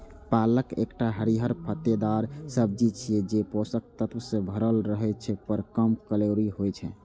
पालक एकटा हरियर पत्तेदार सब्जी छियै, जे पोषक तत्व सं भरल रहै छै, पर कम कैलोरी होइ छै